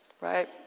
right